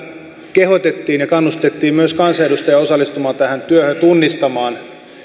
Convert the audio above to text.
kehotettiin ja kannustettiin myös kansanedustajia osallistumaan tähän työhön ja tunnistamaan